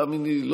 תאמיני לי,